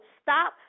stop